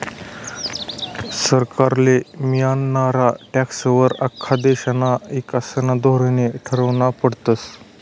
सरकारले मियनारा टॅक्सं वर आख्खा देशना ईकासना धोरने ठरावना पडतस